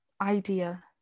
idea